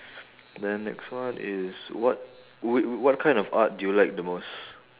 then next one is what what what kind of art do you like the most